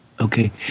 Okay